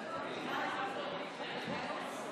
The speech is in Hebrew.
הצעת סיעת הרשימה המשותפת להביע